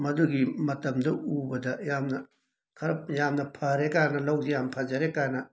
ꯃꯗꯨꯒꯤ ꯃꯇꯝꯗꯨ ꯎꯕꯗ ꯌꯥꯝꯅ ꯈꯔ ꯌꯥꯝꯅ ꯐꯔꯦ ꯀꯥꯏꯅ ꯂꯧꯁꯤ ꯌꯥꯝ ꯐꯖꯔꯦ ꯀꯥꯏꯅ